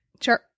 Sure